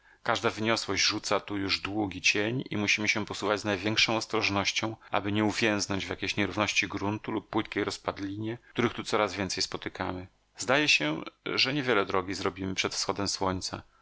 niezmiernie każda wyniosłość rzuca tu już długi cień i musimy się posuwać z największą ostrożnością aby nie uwięznąć w jakiej nierówności gruntu lub płytkiej rozpadlinie których tu coraz więcej spotykamy zdaje się że nie wiele drogi zrobimy przed wschodem słońca